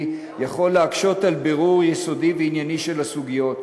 יכול להקשות על בירור יסודי וענייני של הסוגיות,